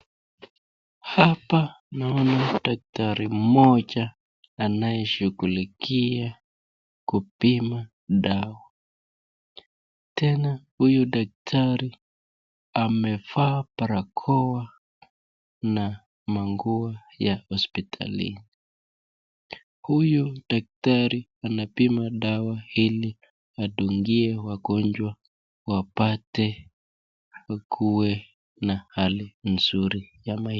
Hapa naona daktari moja anayeshughulikia kupima dawa tena huyu daktari amefaa barakoa na manguo ya hospitalini huyu daktari anapima dawa hili adungir wakonjwa wapate kuwa na Hali mzuri.